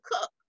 cook